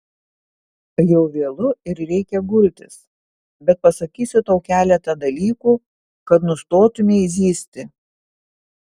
jau vėlu ir reikia gultis bet pasakysiu tau keletą dalykų kad nustotumei zyzti